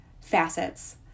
facets